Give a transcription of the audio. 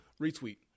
retweet